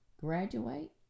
graduate